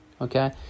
Okay